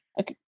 Okay